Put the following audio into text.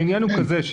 העניין הוא כזה,